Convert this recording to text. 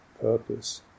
purpose